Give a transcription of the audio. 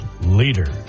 leaders